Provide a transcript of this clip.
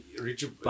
richard